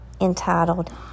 entitled